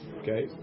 Okay